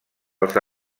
els